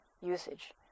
usage